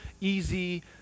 easy